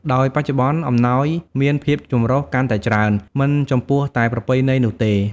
ដោយបច្ចុប្បន្ន អំណោយមានភាពចម្រុះកាន់តែច្រើន មិនចំពោះតែប្រពៃណីនោះទេ។